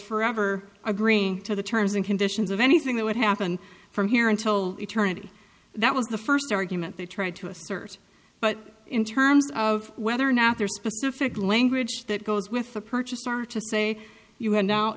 forever agreeing to the terms and conditions of anything that would happen from here until eternity that was the first argument they tried to assert but in terms of whether or not there are specific language that goes with the purchaser to say you have now